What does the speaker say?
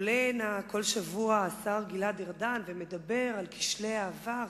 עולה לכאן כל שבוע השר גלעד ארדן ומדבר על כשלי העבר,